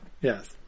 yes